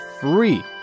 free